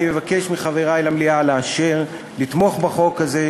אני מבקש מחברי למליאה לאשר ולתמוך בחוק הזה,